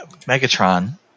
Megatron